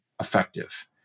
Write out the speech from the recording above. effective